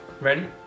ready